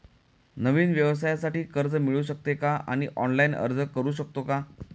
नवीन व्यवसायासाठी कर्ज मिळू शकते का आणि ऑनलाइन अर्ज करू शकतो का?